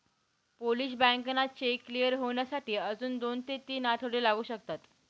Polish बँकांना cheque clear होण्यासाठी अजून दोन ते तीन आठवडे लागू शकतात